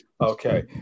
Okay